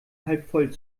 halbvoll